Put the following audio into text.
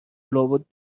لابد